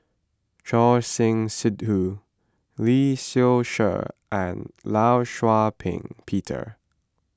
Choor Singh Sidhu Lee Seow Ser and Law Shau Ping Peter